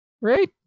right